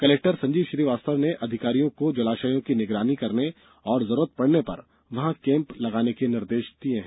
collector Sanjeev Srivastava ने अधिकारियों को जलाषयों की निगरानी करने और जरूरत पडने पर वहां कैम्प करने के निर्देष दिये हैं